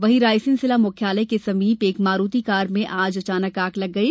वहीं रायसेन जिला मुख्यालय के समीप एक मारूती कार में आज अचानक आग लग गई